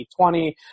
2020